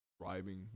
driving